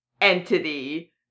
entity